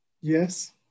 Yes